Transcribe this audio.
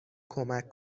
کمک